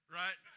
right